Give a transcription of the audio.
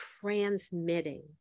transmitting